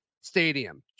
Stadium